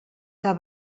que